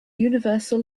universal